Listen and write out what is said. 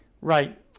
right